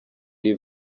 les